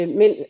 men